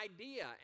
idea